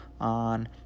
on